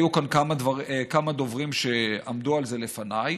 היו כמה דוברים שעמדו על זה לפניי.